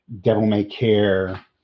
devil-may-care